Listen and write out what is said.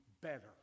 better